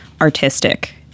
artistic